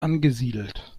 angesiedelt